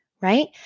right